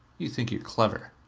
you think you are clever.